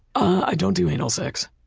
i don't do anal sex.